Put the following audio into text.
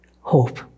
hope